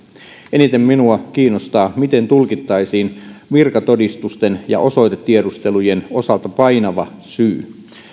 eniten minua kiinnostaa miten tulkittaisiin virkatodistusten ja osoitetiedustelujen osalta painava syy